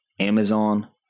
Amazon